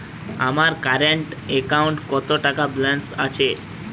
আমার কারেন্ট অ্যাকাউন্টে কত টাকা ব্যালেন্স আছে?